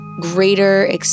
greater